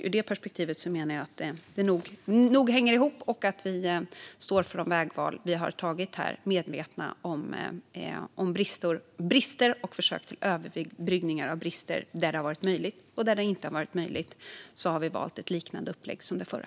Ur det perspektivet menar jag att det nog ändå hänger ihop och att regeringen står för de vägval vi gjort, medvetna om bristerna och med avsikt att överbrygga dem där det varit möjligt. Där det inte varit möjligt har vi valt ett liknande upplägg som det förra.